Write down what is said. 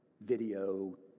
video